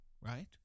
right